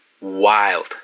Wild